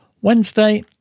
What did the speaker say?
Wednesday